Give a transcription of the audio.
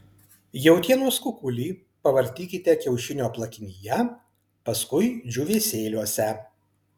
jautienos kukulį pavartykite kiaušinio plakinyje paskui džiūvėsėliuose